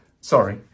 sorry